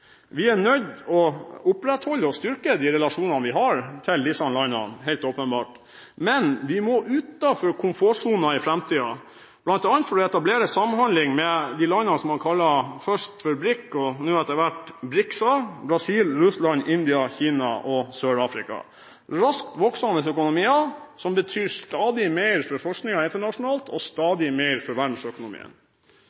Vi er nødt til å opprettholde og styrke de relasjonene vi har til disse landene, helt åpenbart, men vi må utenfor komfortsonen i framtiden, bl.a. for å etablere samhandling med de landene som man etter hvert kaller BRICS-landene: Brasil, Russland, India, Kina og Sør-Afrika. Dette er raskt voksende økonomier som betyr stadig mer for forskningen internasjonalt og